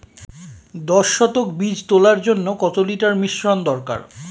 দশ শতক বীজ তলার জন্য কত লিটার মিশ্রন দরকার?